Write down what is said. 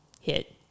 hit